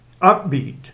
upbeat